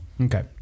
Okay